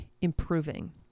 improving